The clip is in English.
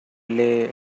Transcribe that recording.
lay